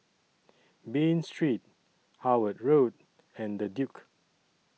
Bain Street Howard Road and The Duke